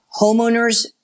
homeowners